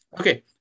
Okay